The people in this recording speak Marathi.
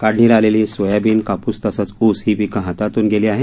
काढणीला आलेली सोयाबीन काप्स तसंच ऊस ही पिकं हातातून गेली आहेत